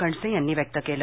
कणसे यांनी व्यक्त केले